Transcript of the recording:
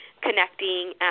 connecting